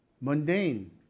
mundane